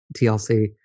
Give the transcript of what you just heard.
TLC